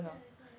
yeah that's why